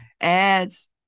ads